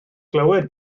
glywed